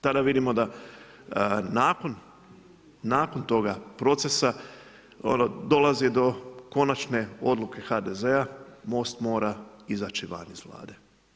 Tada vidimo da nakon toga procesa dolazi do konačne odluke HDZ-a Most mora izaći van iz Vlade.